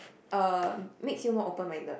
uh makes you more open minded